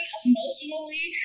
emotionally